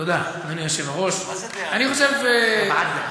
אדוני היושב-ראש, אני חושב, מה זה "דעה אחרת"?